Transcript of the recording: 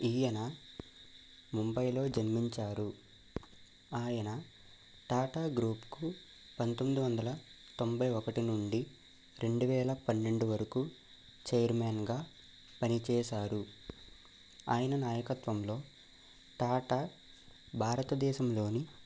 ఈయన ముంబైలో జన్మించారు ఆయన టాటా గ్రూప్కు పంతొమ్మిది వందల తొంభై ఒకటి నుండి రెండువేల పన్నెండు వరకు చెయిర్మెన్గా పనిచేశారు ఆయన నాయకత్వంలో టాటా భారతదేశంలోని